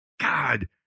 God